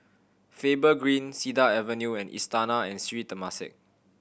Faber Green Cedar Avenue and Istana and Sri Temasek